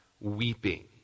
weeping